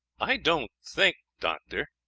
i don't think, doctor,